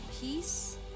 peace